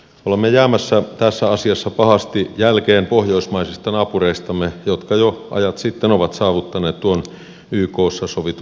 olemme jäämässä tässä asiassa pahasti jälkeen pohjoismaisista naapureistamme jotka jo ajat sitten ovat saavuttaneet tuon ykssa sovitun tavoitetason